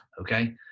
okay